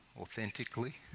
authentically